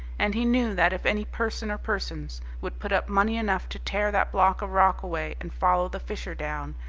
and he knew that if any person or persons would put up money enough to tear that block of rock away and follow the fissure down,